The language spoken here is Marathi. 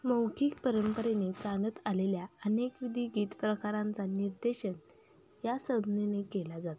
मौखीक परंपरेने चालत आलेल्या अनेकविधी गीत प्रकारांचा निर्देशन या संज्ञेने केला जातो